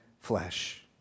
flesh